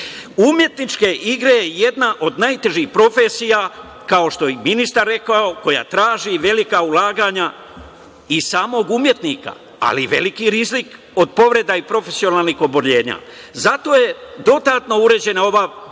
drugačije. Umetničke igre je jedna od najtežih profesija, kao što je i ministar rekao, koja traži velika ulaganja i samog umetnika, ali i veliki rizik od povreda i profesionalnih oboljenja. Zato je dodatno uređena ova oblast